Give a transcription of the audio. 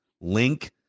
link